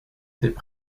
étaient